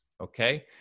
Okay